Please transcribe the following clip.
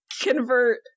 convert